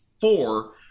four